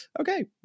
okay